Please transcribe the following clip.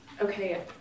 okay